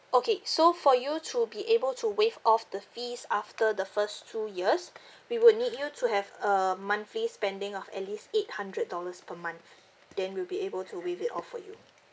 okay so for you to be able to waive off the fees after the first two years we would need you to have a monthly spending of at least eight hundred dollars per month then we'll be able to waive it off for you